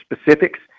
specifics